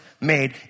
made